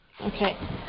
Okay